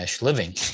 living